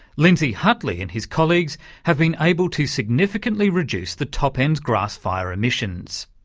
lindsay hutley and his colleagues have been able to significantly reduce the top end's grass fire emissions.